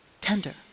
tender